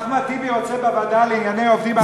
אחמד טיבי רוצה בוועדה לענייני עובדים ערבים.